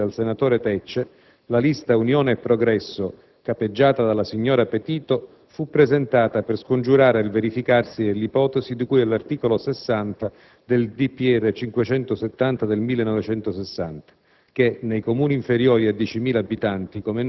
Verosimilmente, come evidenziato anche dal senatore Tecce, la lista «Unione e Progresso», capeggiata dalla signora Petito, fu presentata per scongiurare il verificarsi dell'ipotesi di cui all'articolo 60 del decreto del